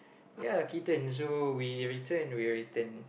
ya kitten so we return we'll return